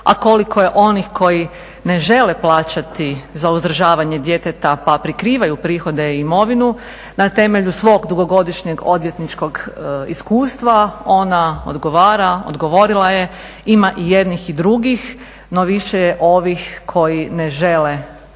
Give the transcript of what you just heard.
a koliko je onih koji ne žele plaćati za uzdržavanje djeteta pa prikrivaju prihode i imovinu na temelju svog dugogodišnjeg odvjetničkog iskustva ona odgovara, odgovorila je ima i jednih i drugih, no više je ovih koji ne žele platiti